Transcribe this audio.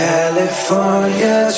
California